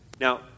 Now